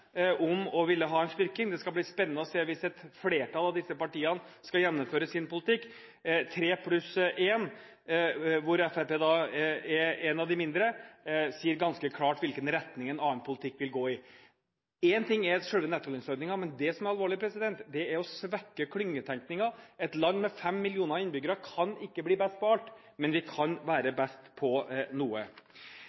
om å ville ha en styrking. Det skal bli spennende å se hvis et flertall av disse partiene skal gjennomføre sin politikk – tre pluss én, hvorav Fremskrittspartiet da er i mindretall, sier ganske klart hvilken retning en annen politikk vil gå i. Én ting er selve nettolønnsordningen, men det som er alvorlig, er å svekke klyngetenkningen. Et land med fem millioner innbyggere kan ikke bli best på alt, men vi kan være